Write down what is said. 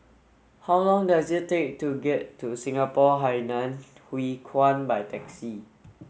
how long does it take to get to Singapore Hainan Hwee Kuan by taxi